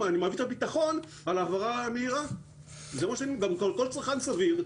כל צרכן סביר,